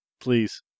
Please